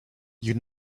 you